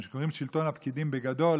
מה שקוראים שלטון הפקידים בגדול,